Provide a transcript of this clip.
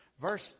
Verse